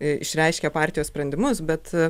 išreiškia partijos sprendimus bet